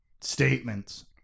statements